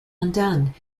undone